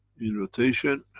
in rotation